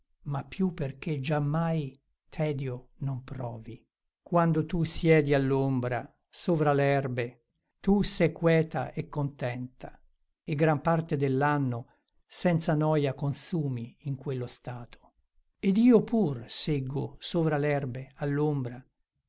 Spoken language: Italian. ma più perché giammai tedio non provi quando tu siedi all'ombra sovra l'erbe tu se queta e contenta e gran parte dell'anno senza noia consumi in quello stato ed io pur seggo sovra l'erbe